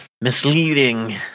misleading